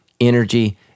energy